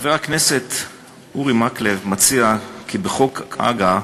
חבר הכנסת אורי מקלב מציע כי בחוק הג"א